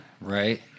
Right